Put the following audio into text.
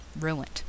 ruined